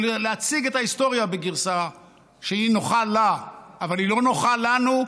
או להציג את ההיסטוריה בגרסה שהיא נוחה לה אבל היא לא נוחה לנו,